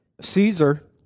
Caesar